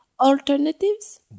alternatives